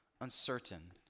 uncertain